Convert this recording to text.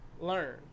learn